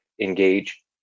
engage